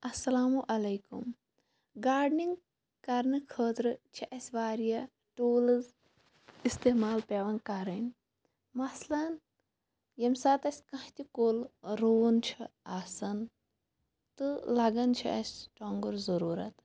اَسلام علیکُم گاڈنِنٛگ کرنہٕ خٲطرٕ چھِ اَسہِ واریاہ ٹوٗلٕز اِستعمال پٮ۪وان کَرٕنۍ مَثلاً ییٚمہِ ساتہٕ اَسہِ کانٛہہ تہِ کُل رُوُن چھُ آسان تہٕ لَگان چھِ اَسہِ ٹۄنٛگُر ضٔروٗرت